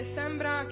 sembra